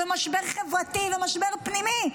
משבר חברתי ומשבר פנימי.